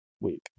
week